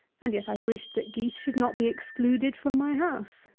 and yet i wished that geese should not be excluded from my house.